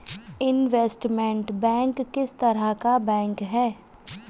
Investment bank किस तरह का बैंक है?